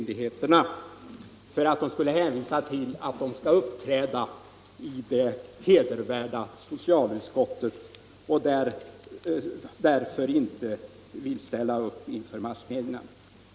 De skulle vägra med hänvisning till att de skulle uppträda i det hedervärda socialutskottet.